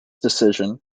decision